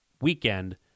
weekend